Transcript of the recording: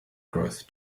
growth